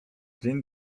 dzień